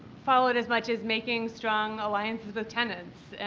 followed as much as making strong alliances with tenants,